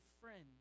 friend